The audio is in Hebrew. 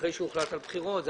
אחרי שהוחלט על בחירות.